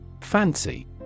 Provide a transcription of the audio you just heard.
Fancy